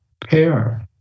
pair